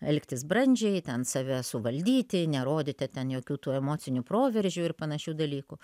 elgtis brandžiai ten save suvaldyti nerodyti ten jokių tų emocinių proveržių ir panašių dalykų